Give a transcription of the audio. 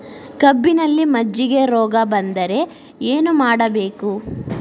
ಕಬ್ಬಿನಲ್ಲಿ ಮಜ್ಜಿಗೆ ರೋಗ ಬಂದರೆ ಏನು ಮಾಡಬೇಕು?